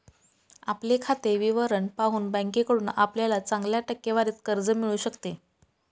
आपले खाते विवरण पाहून बँकेकडून आपल्याला चांगल्या टक्केवारीत कर्ज मिळू शकते